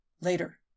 Later